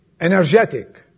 Energetic